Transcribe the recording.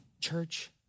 church